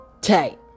tight